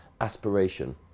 aspiration